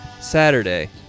Saturday